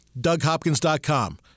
DougHopkins.com